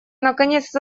наконец